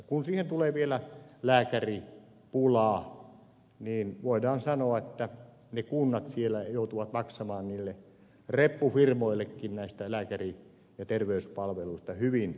kun siihen tulee vielä lääkäripula niin voidaan sanoa että kunnat siellä joutuvat maksamaan niille reppufirmoillekin lääkäri ja terveyspalveluista hyvin korkeaa hintaa